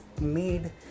made